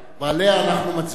ועליה אנחנו מצביעים.